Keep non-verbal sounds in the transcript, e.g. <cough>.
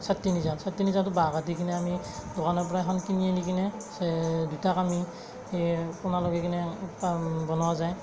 চতিয়নী জাল চতিয়নী জালটো বাঁহ কাটি কিনে আমি দোকানৰপৰা এখন কিনি আনি কিনে দুটা কামি কোণা লগাই কিনে <unintelligible> বনোৱা যায়